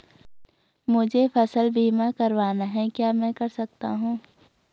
मुझे फसल बीमा करवाना है क्या मैं कर सकता हूँ?